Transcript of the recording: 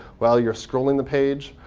while you're scrolling the page,